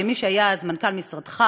ושל מי שהיה אז מנכ"ל משרדך,